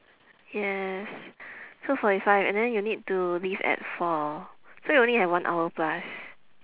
yes so forty five and then you need to leave at four so you only have one hour plus